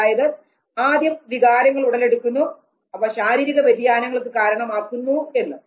അതായത് ആദ്യം വികാരങ്ങൾ ഉടലെടുക്കുന്നു അവ ശാരീരിക വ്യതിയാനങ്ങൾക്ക് കാരണമാക്കുന്നു എന്ന്